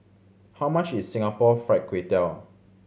how much is Singapore Fried Kway Tiao